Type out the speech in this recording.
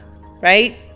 right